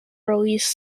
released